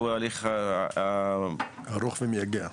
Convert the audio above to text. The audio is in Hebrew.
שהוא הליך --- ארוך ומייגע.